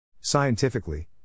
Scientifically